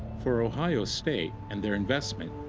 for ohio state and their investment,